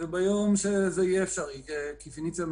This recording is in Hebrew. וביום שזה לא יהיה אפשרי כי "פניציה"